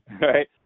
right